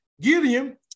Gideon